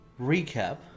recap